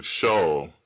show